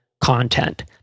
content